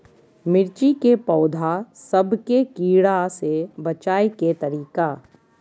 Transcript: मिर्ची के पौधा सब के कीड़ा से बचाय के तरीका?